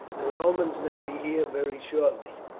the romans may be here very shortly.